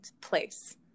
place